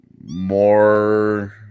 more